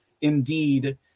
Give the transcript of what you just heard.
indeed